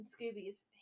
Scooby's